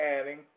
adding